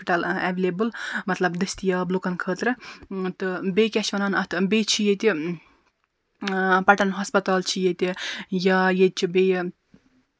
hospital available مطلب دٔستِیاب لوٗکَن خٲطرٕ تہٕ بیٚیہِ کیٛاہ چھِ وَنان اَتھ بیٚیہِ چھِ ییٚتہِ پَٹَن ہَسپَتال چھِ ییٚتہِ یا ییٚتہِ چھِ بیٚیہِ